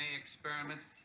experiments